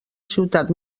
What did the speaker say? ciutat